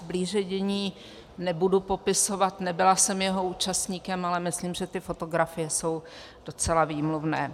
Blíže dění nebudu popisovat, nebyla jsem jeho účastníkem, ale myslím, že ty fotografie jsou docela výmluvné.